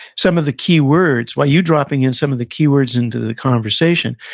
some of the keywords, while you're dropping in some of the keywords into the conversation,